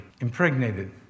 impregnated